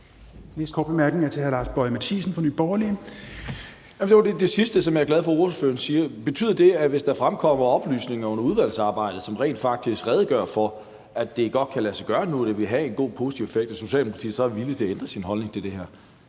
det sidste, som jeg er glad for at ordføreren sagde. Betyder det, at hvis der fremkommer oplysninger under udvalgsarbejdet, som rent faktisk redegør for, at det godt kan lade sig gøre nu, og at det vil have en god og positiv effekt, så er Socialdemokratiet villige til at ændre deres holdning til det her